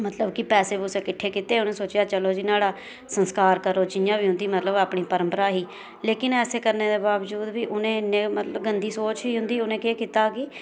मतलब कि पैसे पूसे किट्ठे कीते उनें सोचेआ चलो जी नुआढ़ा संसकार करी ओङने आं जियां बी उंदी मतलब अपनी परंमपरा ही लेकिन ऐसे करने दे बाबजूद बी उनें इने मतलब गंदी सोच ही उंदी उनें केह् कीता कि